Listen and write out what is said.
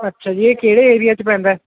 ਅੱਛਾ ਜੀ ਇਹ ਕਿਹੜੇ ਏਰੀਆ 'ਚ ਪੈਂਦਾ